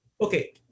Okay